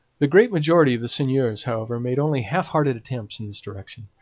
the great majority of the seigneurs, however, made only half-hearted attempts in this direction,